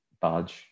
badge